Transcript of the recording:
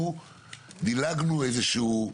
אנחנו דילגנו איזה שהוא,